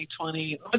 2020